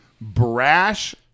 brash